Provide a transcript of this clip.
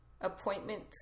appointment